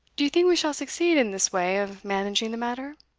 do you think we shall succeed in this way of managing the matter?